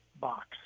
box